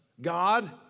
god